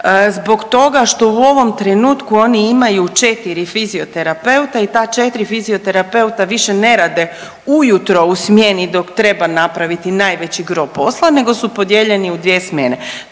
zbog toga što u ovom trenutku oni imaju 4 fizioterapeuta i ta 4 fizioterapeuta više ne rade ujutro u smjeni dok treba napraviti najveći gro posla nego su podijeljeni u dvije smjene.